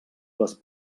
les